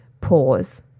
pause